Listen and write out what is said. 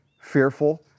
fearful